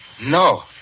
No